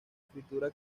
escritura